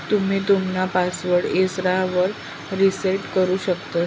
तुम्ही तुमना पासवर्ड इसरावर रिसेट करु शकतंस